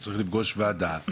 הוא צריך לפגוש ועדה,